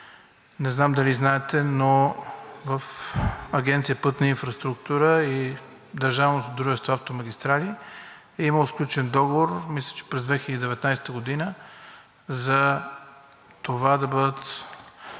Не знам дали знаете, но в Агенция „Пътна инфраструктура“ и Държавно дружество „Автомагистрали“ е имало сключен договор, мисля, че през 2019 г., за това да бъдат